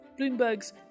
Bloomberg's